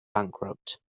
bankrupt